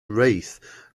wrath